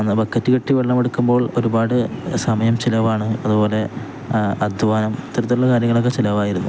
അന്ന് ബക്കറ്റ് കെട്ടി വെള്ളമെടുക്കുമ്പോൾ ഒരുപാട് സമയം ചെിലവാണ് അതുപോലെ അദ്ധ്വാനം ഇത്തരത്തിലുള്ള കാര്യങ്ങളൊക്കെ ചെലവായിരുന്നു